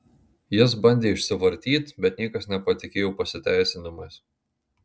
jis bandė išsivartyt bet niekas nepatikėjo pasiteisinimais